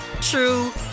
true